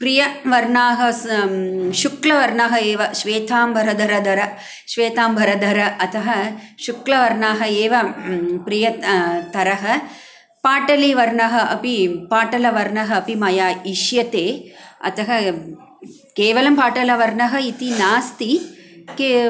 प्रियवर्णाः स् शुक्लवर्णः एव श्वेताम्बरधर दर श्वेताम्बरधरः अतः शुक्लवर्णः एव प्रिय तरः एव पाटलवर्णः अपि पाटलवर्णः अपि मया इष्यते अतः केवलं पाटलवर्णः इति नास्ति के